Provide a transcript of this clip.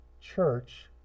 church